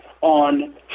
on